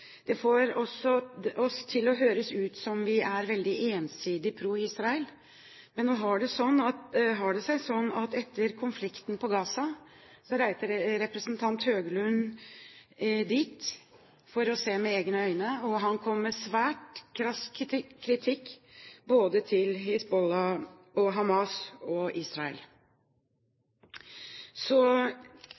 får det til å høres ut som vi er veldig ensidig proisraelske. Nå har det seg sånn at etter konflikten i Gaza reiste representanten Høglund dit for å se med egne øyne, og han kom med svært krass kritikk av både Hizbollah, Hamas og Israel. Så